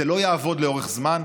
זה לא יעבוד לאורך זמן.